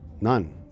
none